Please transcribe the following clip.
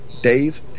Dave